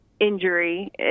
Injury